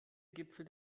gipfel